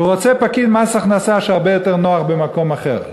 הוא רוצה פקיד מס הכנסה נוח הרבה יותר ונמצא במקום אחר,